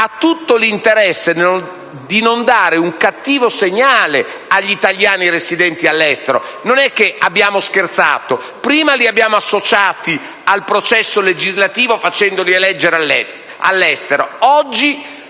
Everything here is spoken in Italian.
ha tutto l'interesse a non dare un cattivo segnale agli italiani residenti all'estero. Non è che abbiamo scherzato: prima li abbiamo associati al processo legislativo facendoli eleggere all'estero, oggi